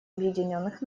объединенных